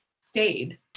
stayed